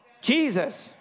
Jesus